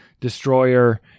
Destroyer